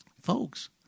Folks